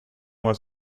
was